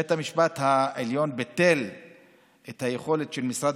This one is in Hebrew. בית המשפט העליון ביטל את היכולת של משרד